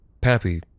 Pappy